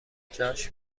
جاش